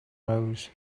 rows